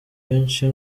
benshi